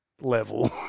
level